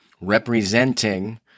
representing